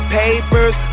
papers